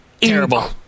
terrible